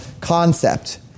concept